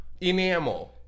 Enamel